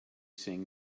sing